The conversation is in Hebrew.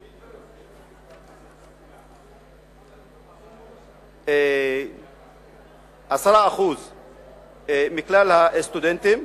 באוניברסיטאות בערך 10% מכלל הסטודנטים,